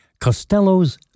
Costello's